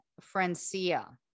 Francia